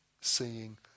seeing